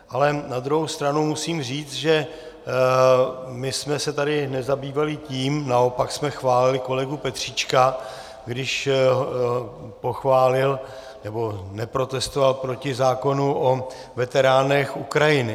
Ale na druhou stranu musím říct, že jsme se tady nezabývali tím, naopak jsme chválili kolegu Petříčka, když pochválil, nebo neprotestoval proti zákonu o veteránech Ukrajiny.